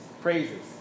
praises